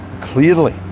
clearly